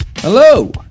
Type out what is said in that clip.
Hello